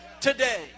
today